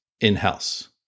in-house